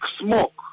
smoke